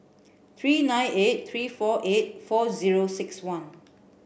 three nine eight three four eight four zero six one